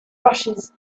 rushes